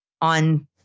on